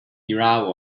era